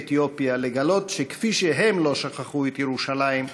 אתיופיה לגלות שכפי שהם לא שכחו את ירושלים,